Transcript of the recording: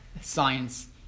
science